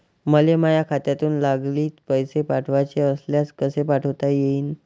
मले माह्या खात्यातून लागलीच पैसे पाठवाचे असल्यास कसे पाठोता यीन?